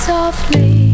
Softly